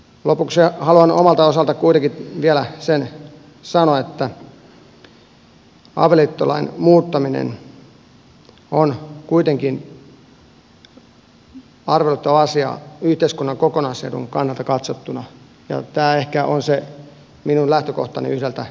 lopuksi haluan omalta osaltani kuitenkin vielä sen sanoa että avioliittolain muuttaminen on kuitenkin arveluttava asia yhteiskunnan kokonaisedun kannalta katsottuna ja tämä ehkä on se minun lähtökohtani yhdeltä osaa